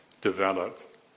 develop